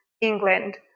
England